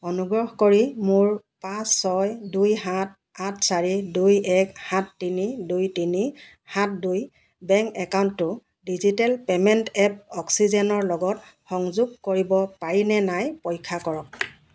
অনুগ্ৰহ কৰি মোৰ পাঁচ ছয় দুই সাত আঠ চাৰি দুই এক সাত তিনি দুই তিনি সাত দুই বেংক একাউণ্টটো ডিজিটেল পে'মেণ্ট এপ অক্সিজেনৰ লগত সংযোগ কৰিব পাৰিনে নাই পৰীক্ষা কৰক